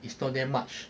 it's not that much